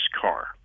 car